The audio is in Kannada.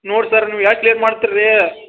ನೋಡ್ ಸರ್ ನೀವು ಯಾಕೆ ಲೇಟ್ ಮಾಡ್ತೀರ ರೀ